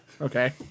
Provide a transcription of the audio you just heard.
Okay